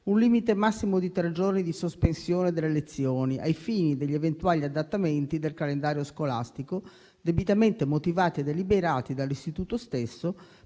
un limite massimo di tre giorni di sospensione delle lezioni ai fini degli eventuali adattamenti del calendario scolastico, debitamente motivati e deliberati dall'istituto stesso